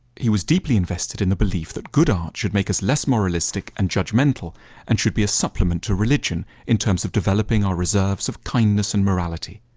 he was deeply invested in the belief that good art should make us less moralistic and judgmental and should be a supplement to religion in terms of developing our reserves of kindness and morality.